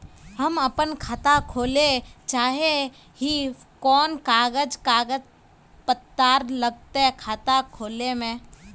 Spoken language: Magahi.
हम अपन खाता खोले चाहे ही कोन कागज कागज पत्तार लगते खाता खोले में?